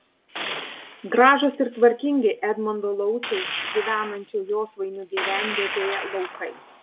gražūs ir tvarkingi edmundo lauciaus gyvenančio josvainių gyvenvietėje laukai